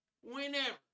Whenever